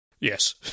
Yes